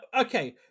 okay